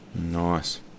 Nice